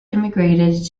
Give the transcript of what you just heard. immigrated